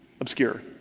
Obscure